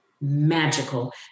magical